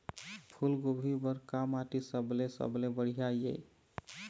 फूलगोभी बर का माटी सबले सबले बढ़िया ये?